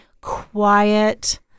quiet